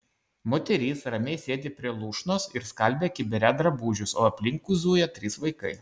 moteris ramiai sėdi prie lūšnos ir skalbia kibire drabužius o aplinkui zuja trys vaikai